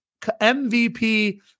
MVP